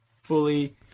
fully